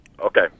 Okay